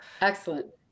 Excellent